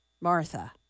Martha